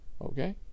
Okay